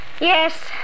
Yes